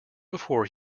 before